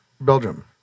Belgium